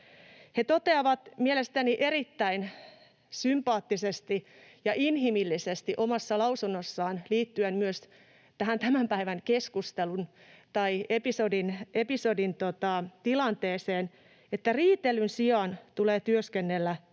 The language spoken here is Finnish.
He toteavat mielestäni erittäin sympaattisesti ja inhimillisesti omassa lausunnossaan — liittyen myös tähän tämän päivän keskusteluun tai episodin tilanteeseen — että riitelyn sijaan tulee työskennellä